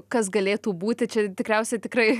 kas galėtų būti čia tikriausiai tikrai